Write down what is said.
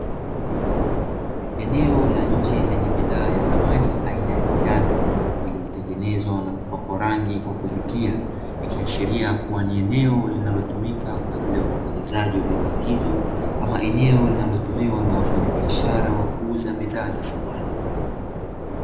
Eneo la nje lenye bidhaa ya samani aina ya kitanda, lililotengenezwa na kupakwa rangi kwa kuvutia. Ikiashiria kuwa ni eneo linalotumika kwa ajili ya utengenezaji wa bidhaa hizo, ama eneo linalotumiwa na wafanyabiashara wa kuuza bidhaa za samani.